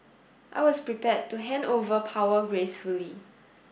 I was prepared to hand over power gracefully